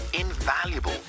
invaluable